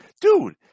dude